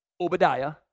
Obadiah